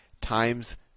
times